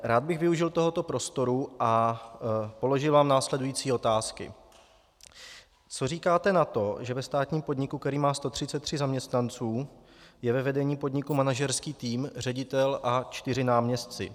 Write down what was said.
Rád bych využil tohoto prostoru a položil vám následující otázky: Co říkáte na to, že ve státním podniku, který má 133 zaměstnanců, je ve vedení podniku manažerský tým ředitel a čtyři náměstci?